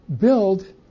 build